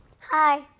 Hi